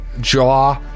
jaw